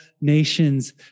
nations